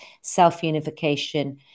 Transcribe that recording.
self-unification